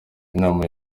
nama